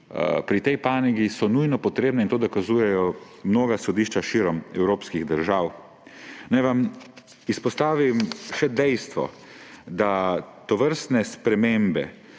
pri tej panogi so nujno potrebni. In to dokazujejo mnoga sodišča širom evropskih držav. Naj vam izpostavim še dejstvo, da tovrstne spremembe